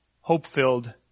hope-filled